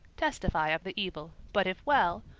testify of the evil but if well,